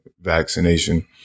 vaccination